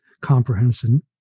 comprehension